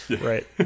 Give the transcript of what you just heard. Right